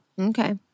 Okay